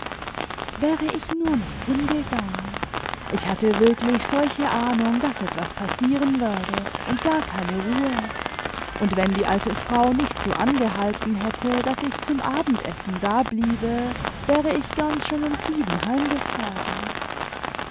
wäre ich nur nicht hingegangen ich hatte wirklich solche ahnung daß etwas passieren werde und gar keine ruhe und wenn die alte frau nicht so angehalten hätte daß ich ivm abendessen dabliebe wäre ich gern schon um sieben heimgefahren